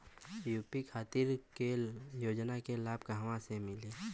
UP खातिर के योजना के लाभ कहवा से मिली?